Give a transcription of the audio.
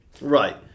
Right